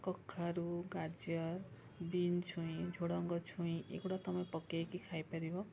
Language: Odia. କଖାରୁ ଗାଜର ଵିନ୍ ଛୁଈଁ ଝୁଡ଼ଙ୍ଗ ଛୁଈଁ ଏଗୁଡ଼ା ତୁମେ ପକେଇକି ଖାଇପାରିବ